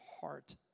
heart